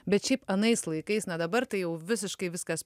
bet šiaip anais laikais na dabar tai jau visiškai viskas